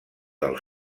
del